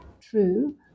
true